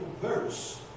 verse